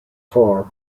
for